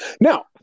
Now